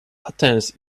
athens